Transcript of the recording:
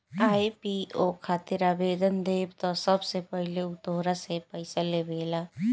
IPO खातिर आवेदन देबऽ त सबसे पहिले उ तोहरा से पइसा लेबेला